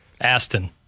Aston